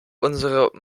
unsere